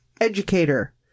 educator